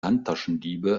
handtaschendiebe